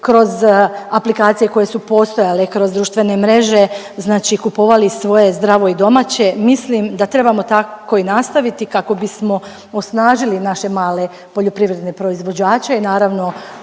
kroz aplikacije koje su postojale, kroz društvene mreže, znači kupovali svoje zdravo i domaće, mislim da trebamo tako i nastaviti kako bismo osnažili naše male poljoprivredne proizvođače i naravno